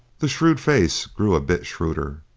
the shrewd face grew a bit shrewder.